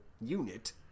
unit